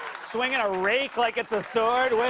swinging a rake like it's a sword. where